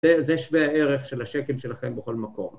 זה, זה שווה הערך של השקם שלכם בכל מקום.